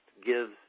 gives